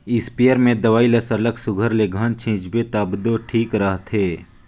spray में दवई ल सरलग सुग्घर ले घन छींचबे तब दो ठीक रहथे